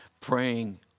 Praying